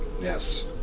Yes